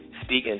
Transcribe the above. Speaking